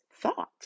thought